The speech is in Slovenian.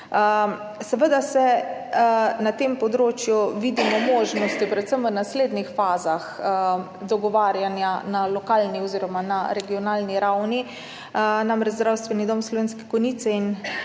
Seveda na tem področju vidimo možnosti predvsem v naslednjih fazah dogovarjanja na lokalni oziroma regionalni ravni, namreč Zdravstveni dom Slovenske Konjice in